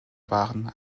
waren